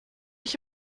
ich